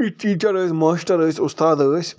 یہِ ٹیٖچَر ٲسۍ ماشٹَر ٲسۍ اُستاد ٲسۍ